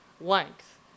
length